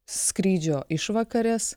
skrydžio išvakarės